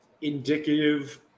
indicative